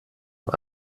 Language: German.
nur